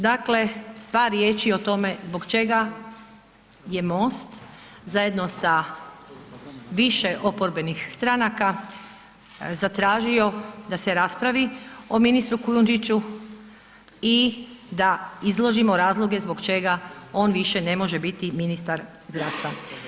Dakle par riječi tome zbog čega je MOST zajedno sa više oporbenih stranaka zatražio da se raspravi o ministru Kujundžiću i da izložimo razloge zbog čega on više ne može biti ministar zdravstva.